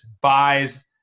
buys